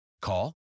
Call